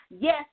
yes